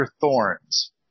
Thorns